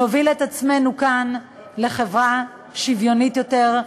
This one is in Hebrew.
נוביל את עצמנו כאן לחברה שוויונית יותר,